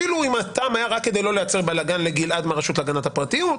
אפילו אם הטעם היה רק כדי לא לייצר בלגן לגלעד מהרשות להגנת הפרטיות,